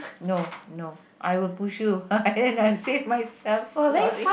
no no I will push you and i save myself sorry